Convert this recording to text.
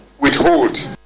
withhold